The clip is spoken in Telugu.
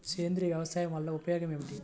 సేంద్రీయ వ్యవసాయం వల్ల ఉపయోగం ఏమిటి?